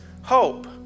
hope